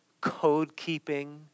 code-keeping